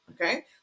okay